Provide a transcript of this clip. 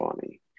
funny